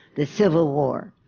the civil war.